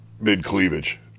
mid-cleavage